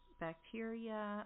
bacteria